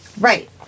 Right